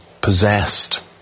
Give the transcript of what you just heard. possessed